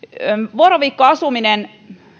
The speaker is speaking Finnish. vuoroviikkoasumisen